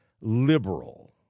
liberal